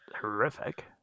horrific